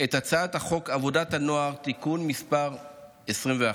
את הצעת חוק עבודת הנוער (תיקון מס׳ 21),